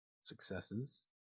successes